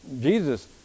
Jesus